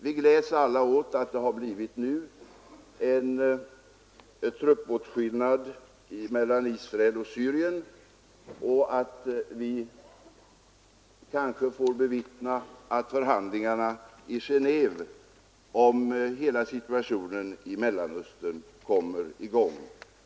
Vi gläds alla åt att det nu har åstadkommits truppåtskillnad mellan Israel och Syrien och att vi kanske får bevittna att förhandlingarna i Geneve om hela situationen i Mellanöstern kommer i gång.